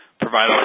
provide